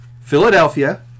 Philadelphia